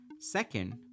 Second